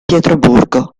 pietroburgo